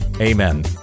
amen